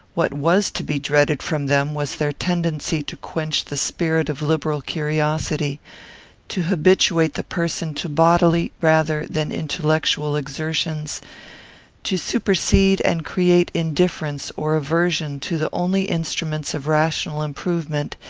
what was to be dreaded from them was their tendency to quench the spirit of liberal curiosity to habituate the person to bodily, rather than intellectual, exertions to supersede and create indifference or aversion to the only instruments of rational improvement,